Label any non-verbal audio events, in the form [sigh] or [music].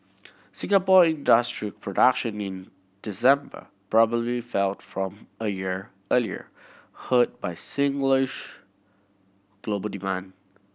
Singapore industrial production in December probably fell from a year earlier hurt by [unintelligible] global demand